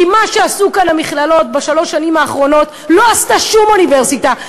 כי מה שעשו כאן המכללות בשלוש השנים האחרונות לא עשתה שום אוניברסיטה,